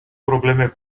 probleme